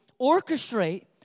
orchestrate